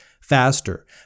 faster